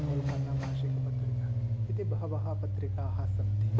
कोल्काता मासिकपत्रिका इति बहवः पत्रिकाः सन्ति